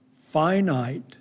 finite